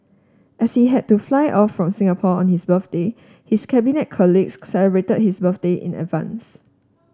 as he had to fly off from Singapore on his birthday his Cabinet colleagues celebrated his birthday in advance